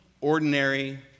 ordinary